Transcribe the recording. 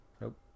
Nope